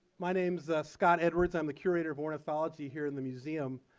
my name's scott edwards. i'm the curator of ornithology here in the museum.